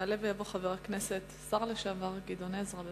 יעלה ויבוא חבר הכנסת השר לשעבר גדעון עזרא.